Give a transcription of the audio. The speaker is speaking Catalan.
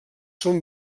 són